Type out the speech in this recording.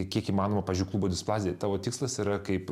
kiek įmanoma pavyzdžiui klubo displazija tavo tikslas yra kaip